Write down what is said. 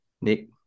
Nick